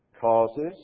causes